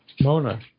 Mona